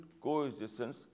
coexistence